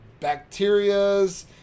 bacterias